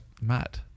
Mad